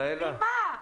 ממה?